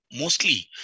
mostly